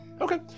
Okay